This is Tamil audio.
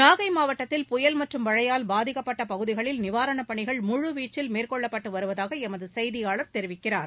நாகை மாவட்டத்தில் புயல் மற்றும் மழையால் பாதிக்கப்பட்ட பகுதிகளில் நிவாரணப் பணிகள் முழுவீச்சில் மேற்கொள்ளப்பட்டு வருவதாக எமது செய்தியாளர் தெரிவிக்கிறார்